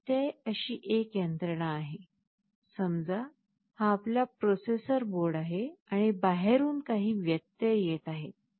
व्यत्यय अशी एक यंत्रणा आहे समजा हा आपला प्रोसेसर बोर्ड आहे आणि बाहेरून काही व्यत्यय येत आहेत